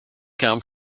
come